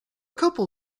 couple